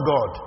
God